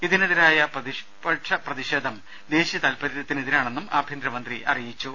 ഇതിനെതിരായ പ്രതിപക്ഷപ്രതിഷേധം ദേശീയ താൽപര്യത്തിന് എതിരാണെന്നും ആഭ്യന്തരമന്ത്രി പറഞ്ഞു